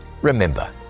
Remember